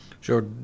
Sure